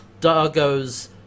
Dargo's